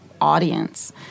audience